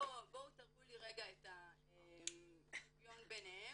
בואו תראו לי רגע את השוויון וביניהם